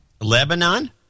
Lebanon